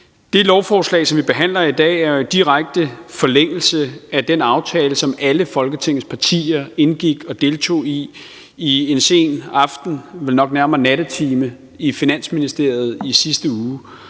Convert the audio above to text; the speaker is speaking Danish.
Det lovforslag, som vi behandler i dag, er jo i direkte forlængelse af den aftale, som alle Folketingets partier indgik og deltog i en sen aften – vel nok nærmere nattetime – i Finansministeriet i sidste uge.